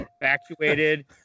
evacuated